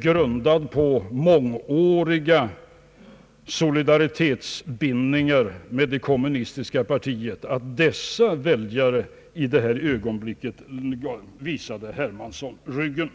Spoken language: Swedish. grundad på mångåriga solidaritetsbindningar till kommunistiska partiet, i det här ögonblicket visade herr Hermansson ryggen.